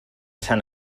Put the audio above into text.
sant